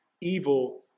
evil